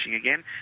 again